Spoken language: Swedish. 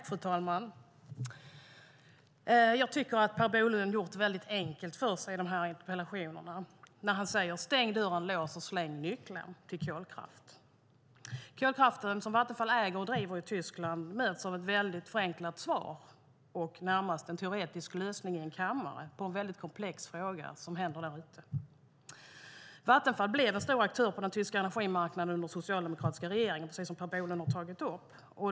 Fru talman! Jag tycker att Per Bolund har gjort det väldigt enkelt för sig i de här interpellationerna, när han säger: Stäng dörren, lås och släng nyckeln till kolkraften! Den kolkraft som Vattenfall äger och driver i Tyskland möts av ett mycket förenklat svar och en närmast teoretisk lösning här i kammaren på en mycket komplex fråga som händer därute. Vattenfall blev en stor aktör på den tyska energimarknaden under den socialdemokratiska regeringen, precis som Per Bolund har tagit upp.